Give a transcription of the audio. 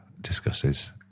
discusses